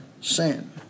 sin